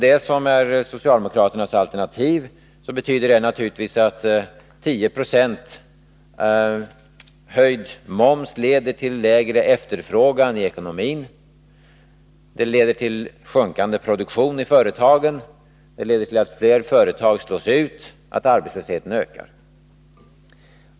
Det socialdemokratiska alternativet skulle alltså ha inneburit en 10-procentig momshöjning, vilket leder till lägre efterfrågan i ekonomin, till sjunkande produktion i företagen, till att fler företag slås ut och till att arbetslösheten ökar.